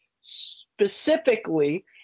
Specifically